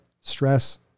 stress